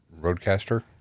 Roadcaster